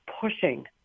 pushing